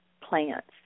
plants